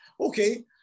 okay